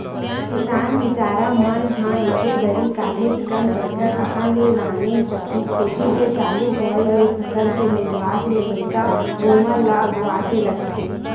किसान बिचारा मन ह एके दरी काहेच कन पइसा कहाँ ले लाने सकही खेती के चालू होय ले फसल के मिंजावत ले पइसा ओमन ल अघुवाके लगथे